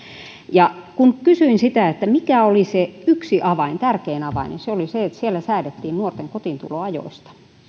kun kysyin että mikä oli se yksi avain tärkein avain niin se oli se että siellä säädettiin nuorten kotiintuloajoista